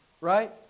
Right